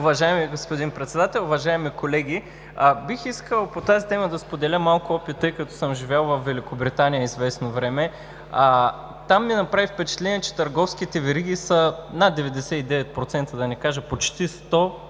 Уважаеми господин Председател, уважаеми колеги! Бих искал по тази тема да споделя малко опит, тъй като съм живял известно време във Великобритания. Там ми направи впечатление, че търговските вериги над 99%, да не кажа почти 100%,